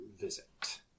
visit